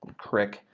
crick,